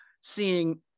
seeing